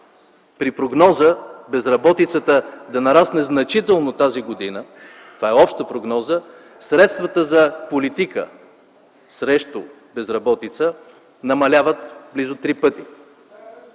При прогноза безработицата да нарасне значително тази година, това е обща прогноза, средствата за политика срещу безработица намаляват близо три пъти.